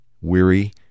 weary